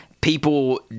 People